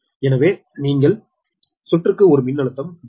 எனவே நீங்கள் சுற்றுக்கு ஒரு மின்னழுத்தம் Vs